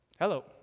Hello